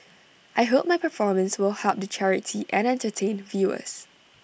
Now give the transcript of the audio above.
I hope my performance will help the charity and entertain viewers